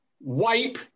wipe